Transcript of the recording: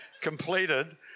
completed